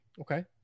Okay